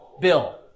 Bill